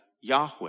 Yahweh